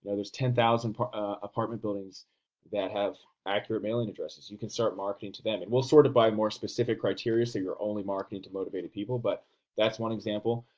ah there's ten thousand apartment buildings that have accurate mailing addresses, you can start marketing to them. and we'll sort it by more specific criteria, so you're only marketing to motivated people, but that's one example.